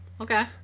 Okay